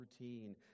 routine